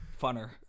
Funner